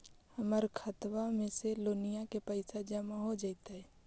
हमर खातबा में से लोनिया के पैसा जामा हो जैतय?